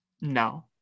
No